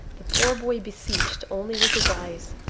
the poor boy beseeched only with his eyes.